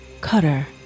Cutter